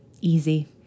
easy